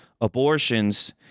abortions